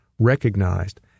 recognized